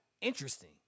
interesting